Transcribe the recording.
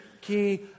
key